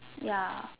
ya